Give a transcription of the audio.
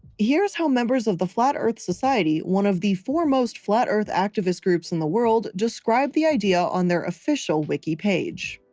here's how members of the flat earth society, one of the foremost flat earth activist groups in the world describe the idea on their official wiki page.